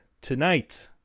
tonight